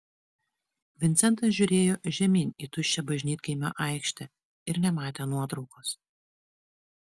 vincentas žiūrėjo žemyn į tuščią bažnytkaimio aikštę ir nematė nuotraukos